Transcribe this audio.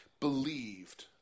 believed